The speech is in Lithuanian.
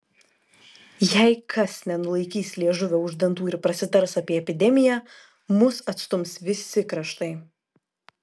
jei kas nenulaikys liežuvio už dantų ir prasitars apie epidemiją mus atstums visi kraštai